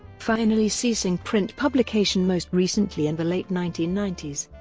finally ceasing print publication most recently in the late nineteen ninety s.